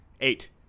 eight